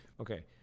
Okay